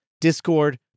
Discord